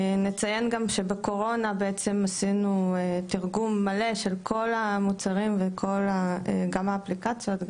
נציין גם שבקורונה עשינו תרגום מלא של כל המוצרים: גם האפליקציות,